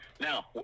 Now